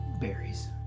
berries